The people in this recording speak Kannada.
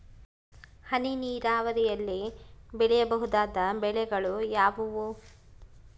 ಹನಿ ನೇರಾವರಿಯಲ್ಲಿ ಬೆಳೆಯಬಹುದಾದ ಬೆಳೆಗಳು ಯಾವುವು?